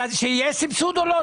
שיהיה סבסוד או לא?